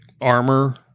armor